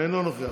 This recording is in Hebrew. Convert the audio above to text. אינו נוכח,